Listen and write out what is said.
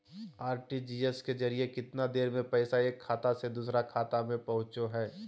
RTGS के जरिए कितना देर में पैसा एक खाता से दुसर खाता में पहुचो है?